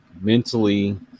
mentally